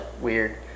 weird